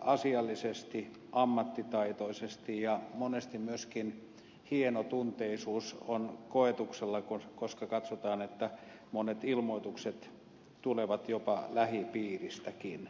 asiallisesti ammattitaitoisesti ja monesti myöskin hienotunteisuus on koetuksella koska katsotaan että monet ilmoitukset tulevat jopa lähipiiristäkin